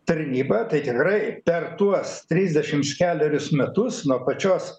tarnybą tai tikrai per tuos trisdešims kelerius metus nuo pačios